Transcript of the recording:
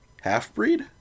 half-breed